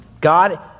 God